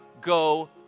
go